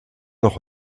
noch